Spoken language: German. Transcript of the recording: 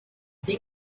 ding